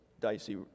dicey